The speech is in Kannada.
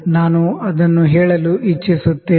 ನಾನು ಅದನ್ನು ಹೇಳಲು ಇಚ್ಚಿಸುತ್ತೇನೆ